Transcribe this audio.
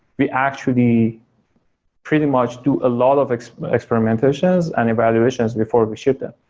we actually pretty much do a lot of experimentations and evaluations before we shoot them.